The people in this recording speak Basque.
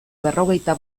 berrogeita